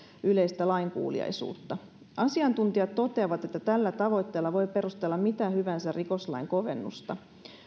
yleistä lainkuuliaisuutta asiantuntijat toteavat että tällä tavoitteella voi perustella mitä hyvänsä rikoslain kovennusta